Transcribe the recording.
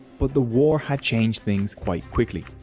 but the war had changed things quite quickly.